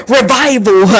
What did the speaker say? Revival